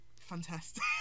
fantastic